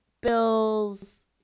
bills